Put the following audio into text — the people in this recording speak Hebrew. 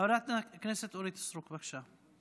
חברת הכנסת סטרוק, בבקשה.